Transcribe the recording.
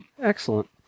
Excellent